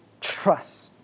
trust